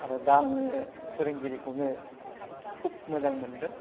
दा आङो फोरोंगिरिखौनो खुब मोजां मोनदों